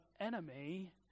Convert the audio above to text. enemy